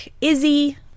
Izzy